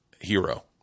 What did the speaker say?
hero